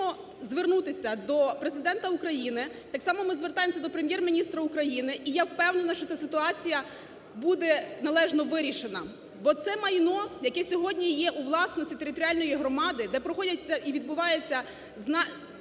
хочемо звернутися до Президента України, так само ми звертаємося до Прем'єр-міністра України, і я впевнена, що це ситуація буде належно вирішена. Бо це майно, яке сьогодні є у власності територіальної громади, де проходять і відбуваються події